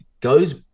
goes